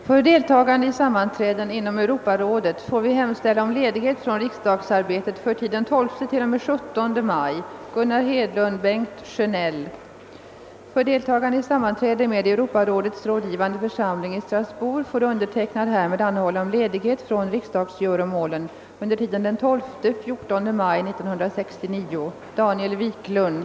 Herr talman! Jag yrkar bifall till utskottets hemställan. För deltagande i sammanträde inom Europarådet får vi hemställa om ledighet från riksdagsarbetet för tiden 12—17 maj. För deltagande i sammanträde med Europarådets rådgivande församling i Strasbourg får undertecknad härmed anhålla om ledighet från riksdagsgöromålen under tiden den 12—14 maj 1969.